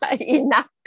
enough